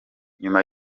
nyuma